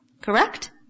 Correct